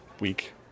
week